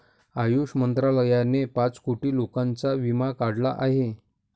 आयुष मंत्रालयाने पाच कोटी लोकांचा विमा काढला आहे